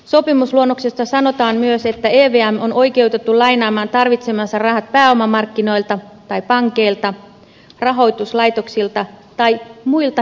sopimusluonnoksessa sanotaan myös että evm on oikeutettu lainaamaan tarvitsemansa rahat pääomamarkkinoilta tai pankeilta rahoituslaitoksilta tai muilta henkilöiltä